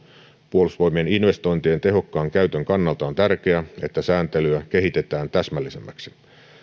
puolustusvoimien investointien tehokkaan käytön kannalta on tärkeää että sääntelyä kehitetään täsmällisemmäksi